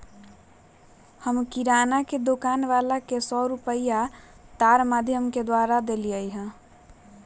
हम्मे किराना के दुकान वाला के सौ रुपईया तार माधियम के द्वारा देलीयी